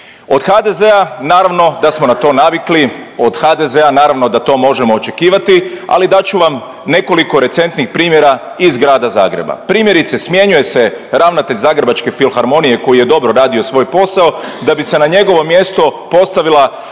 Od HZD-a naravno da smo na to navikli, od HDZ-a naravno da to možemo očekivati, ali dat ću vam nekoliko recentnih primjera iz grada Zagreba. Primjerice smjenjuje se ravnatelj Zagrebačke filharmonije koji je dobro radio svoj posao da bi se na njegovo mjesto postavila